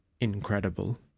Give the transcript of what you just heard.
incredible